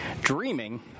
Dreaming